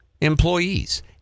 employees